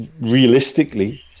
realistically